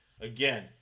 again